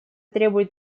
требует